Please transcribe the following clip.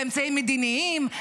באמצעים מדיניים,